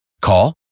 Call